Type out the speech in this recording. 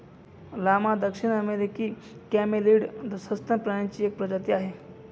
llama दक्षिण अमेरिकी camelid सस्तन प्राण्यांची एक प्रजाती आहे